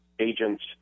agent's